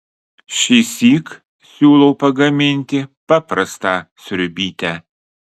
šįsyk siūlau pagaminti paprastą sriubytę